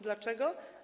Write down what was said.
Dlaczego?